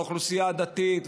לאוכלוסייה הדתית,